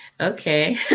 Okay